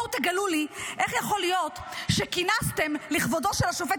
בואו תגלו לי איך יכול להיות שכינסתם לכבודו של השופט